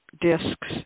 discs